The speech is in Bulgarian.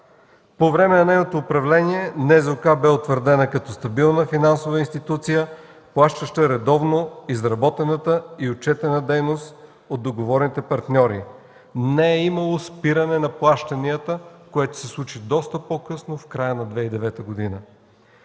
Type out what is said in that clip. По време на нейното управление НЗОК беше утвърдена като стабилна финансова институция, плащаща редовно изработената и отчетена дейност от договорните партньори. Не е имало спиране на плащанията, което се случи доста по-късно – в края на 2009 г.